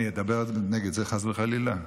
אדבר נגד זה, חס וחלילה?